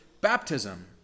baptism